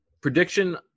prediction